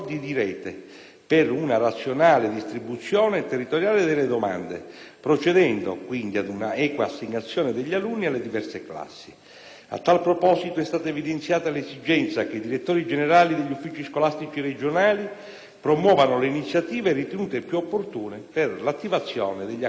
per una razionale distribuzione territoriale delle domande, procedendo, quindi, ad un'equa assegnazione degli alunni alle diverse classi. A tal proposito, è stata evidenziata l'esigenza che i direttori generali degli uffici scolastici regionali promuovano le iniziative ritenute più opportune per l'attivazione degli accordi di rete.